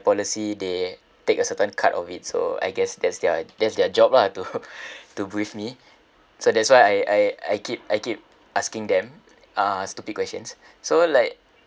policy they take a certain cut of it so I guess that's their that's their job ah to to brief me so that's why I I I keep I keep asking them uh stupid questions so like